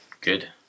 good